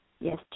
Yes